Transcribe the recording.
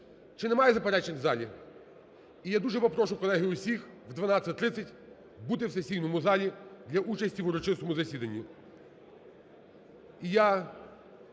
Чи немає заперечень у залі? І я дуже попрошу, колеги, усіх о 12:30 бути у сесійному залі для участі в урочистому засіданні.